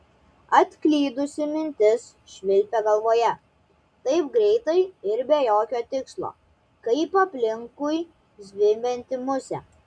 atklydusi mintis švilpė galvoje taip greitai ir be jokio tikslo kaip aplinkui zvimbianti musė